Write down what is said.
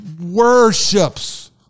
worships